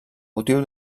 motiu